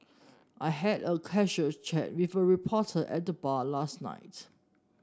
I had a casual chat with a reporter at the bar last night